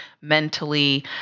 mentally